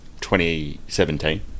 2017